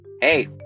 Hey